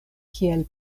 kiel